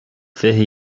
fiche